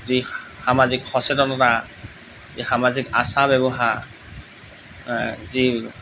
যি সামাজিক সচেতনতা এই সামাজিক আচাৰ ব্যৱহাৰ যি